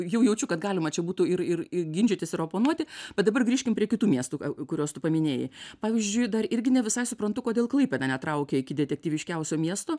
jau jaučiu kad galima čia būtų ir ir ginčytis ir oponuoti bet dabar grįžkim prie kitų miestų kuriuos tu paminėjai pavyzdžiui dar irgi ne visai suprantu kodėl klaipėda netraukia iki detektyviškiausio miesto